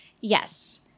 Yes